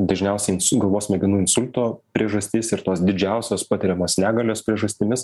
dažniausiai galvos smegenų insulto priežastis ir tos didžiausios patiriamas negalios priežastimis